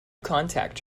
contact